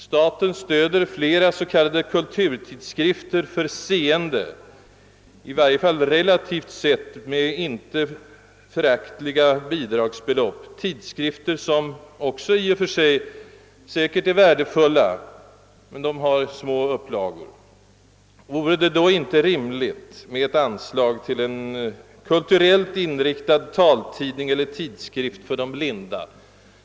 Staten stöder flera s.k. kulturtidskrifter för seende med i varje fall relativt sett icke föraktliga bidragsbelopp, tidskrifter som också i och för sig är värdefulla men med små upplagor. Vore det då inte rimligt med ett anslag till en kulturellt inriktad taltidning eller tidskrift för blinda?